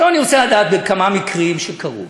עכשיו אני רוצה לדעת, בכמה מקרים שקרו.